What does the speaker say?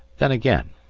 then again,